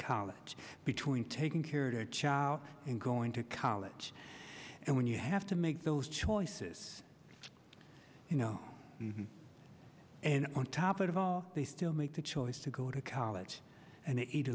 college between taking care of their child and going to college and when you have to make those choices you know and on top of all they still make the choice to go to college and